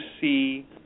see